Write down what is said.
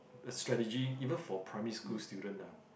a strategy even for primary school student ah